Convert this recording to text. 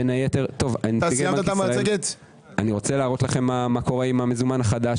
אני רוצה להראות לכם מה עם המזומן החדש.